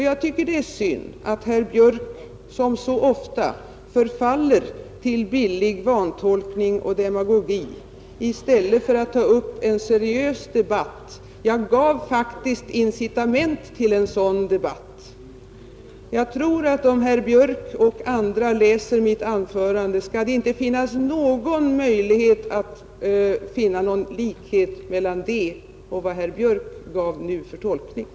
Jag tycker att det är synd att herr Björk, liksom så ofta annars, förfallit till billig vantolkning och demagogi i stället för att ta upp en seriös debatt. Jag gav faktiskt incitament till en sådan debatt. Jag tror att herr Björk och andra, om de läser mitt anförande, inte skall finna någon likhet mellan det och den tolkning herr Björk nyss gav.